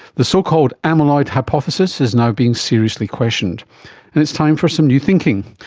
the so-called amyloid hypothesis is now being seriously questioned and it's time for some new thinking,